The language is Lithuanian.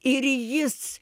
ir jis